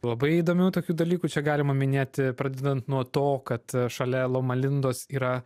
labai įdomių tokių dalykų čia galima minėti pradedant nuo to kad šalia loma lindos yra